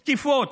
תקיפות,